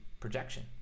projection